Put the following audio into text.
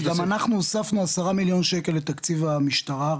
גם אנחנו הוספנו 10 מיליון שקל לתקציב המשטרה,